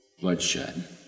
bloodshed